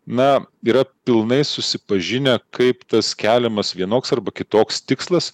na yra pilnai susipažinę kaip tas keliamas vienoks arba kitoks tikslas